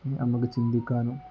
നമുക്ക് ചിന്തിക്കാനും